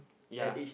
ya